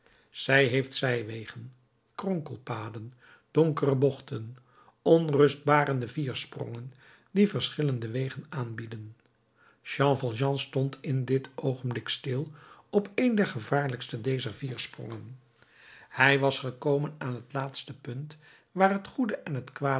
zij heeft zijwegen kronkelpaden donkere bochten onrustbarende viersprongen die verschillende wegen aanbieden jean valjean stond in dit oogenblik stil op een der gevaarlijkste dezer viersprongen hij was gekomen aan het laatste punt waar het goede en het